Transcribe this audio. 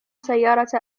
سيارة